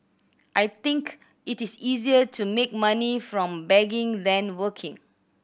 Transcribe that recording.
I think it is easier to make money from begging than working